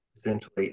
essentially